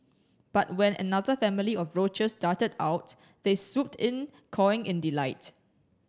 but when another family of roaches darted out they swooped in cawing in delight